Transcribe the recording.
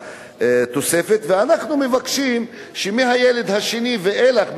ואנחנו מבקשים שמהילד השני ואילך,